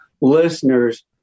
listeners